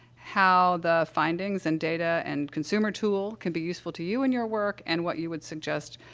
how the findings and data and consumer tool can be useful to you in your work, and what you would suggest,